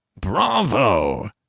Bravo